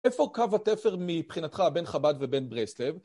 איפה קו התפר מבחינתך בין חב"ד ובין ברסלב?